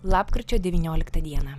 lapkričio devynioliktą dieną